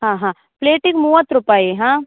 ಆಂ ಹಾಂ ಪ್ಲೇಟಿಗೆ ಮೂವತ್ತು ರೂಪಾಯಿ ಹಾಂ